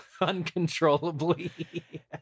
uncontrollably